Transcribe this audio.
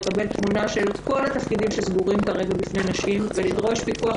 לקבל תמונה של כל התפקידים שסגורים כרגע בפני נשים ולדרוש פיקוח,